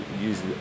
use